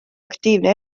aktiivne